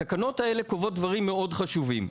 התקנות האלה קובעות דברים מאוד חשובים.